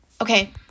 Okay